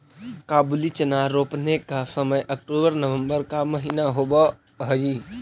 काबुली चना रोपने का समय अक्टूबर नवंबर का महीना होवअ हई